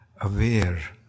aware